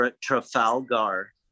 Trafalgar